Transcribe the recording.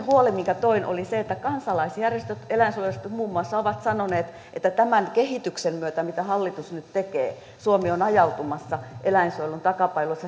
huoli minkä toin oli se että kansalaisjärjestöt eläinsuojelusta muun muassa ovat sanoneet että tämän kehityksen myötä mitä hallitus nyt tekee suomi on ajautumassa eläinsuojelun takapajulaksi